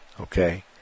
Okay